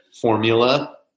formula